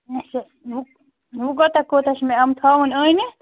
اَچھا وۅنۍ وۅنۍ کوتاہ کوتاہ چھُ یِم تھأنۍ ٲنِتھ